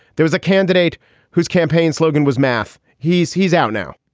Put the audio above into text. there is a candidate whose campaign slogan was math. he's he's out now.